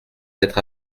être